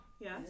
Yes